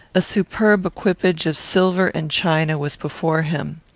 a superb equipage of silver and china was before him.